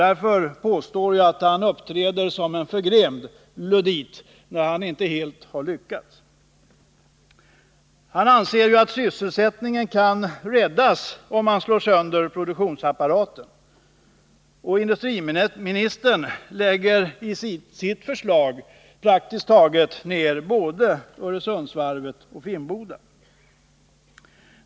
Därför påstår jag att han uppträder som en förgrämd luddit nu när han inte helt har lyckats. Han anser ju att sysselsättningen kan räddas, om man slår sönder produktionsapparaten. Industriministern lägger i sitt förslag praktiskt taget ned både Öresundsvarvet och Finnboda Varf.